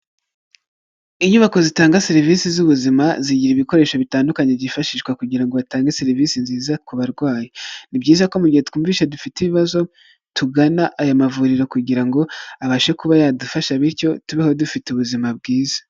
Inyubako zitanga serivisi z'ubuzima, zigira ibikoresho bitandukanye byifashishwa kugira ngo batange serivisi nziza ku barwayi; ni byiza ko mu gihe tumvise dufite ibibazo, tugana aya mavuriro kugira ngo abashe kuba yadufasha, bityo tubeho dufite ubuzima bwiza.